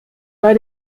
bei